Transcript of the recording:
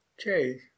okay